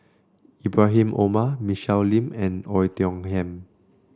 Ibrahim Omar Michelle Lim and Oei Tiong Ham